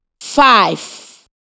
five